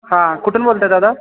हां कुठून बोलत आहे दादा